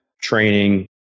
training